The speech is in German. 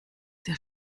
der